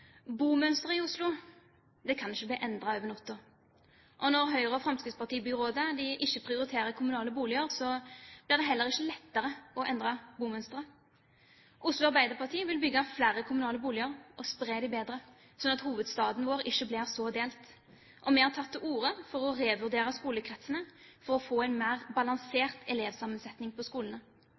Bomønsteret i Oslo kan ikke endres over natten. Når Høyres og Fremskrittspartiets byråder ikke prioriterer kommunale boliger, blir det heller ikke lettere å endre bomønsteret. Oslo Arbeiderparti vil bygge flere kommunale boliger og spre dem bedre, slik at hovedstaden ikke blir så delt. Og vi har tatt til orde for å revurdere skolekretsene for å få en mer balansert elevsammensetning på skolene.